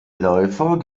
läufer